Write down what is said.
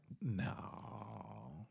no